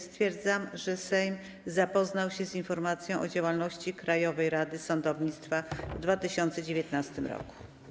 Stwierdzam, że Sejm zapoznał się z informacją o działalności Krajowej Rady Sądownictwa w 2019 r.